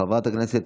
חברת הכנסת